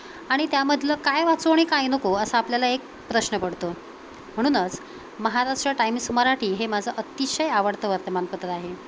आणि त्यामधलं काय वाचू आणि काय नको असा आपल्याला एक प्रश्न पडतो म्हणूनच महाराष्ट्र टाईमिस मराठी हे माझं अतिशय आवडतं वर्तमानपत्र आहे